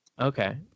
okay